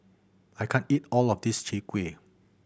I can't eat all of this Chai Kueh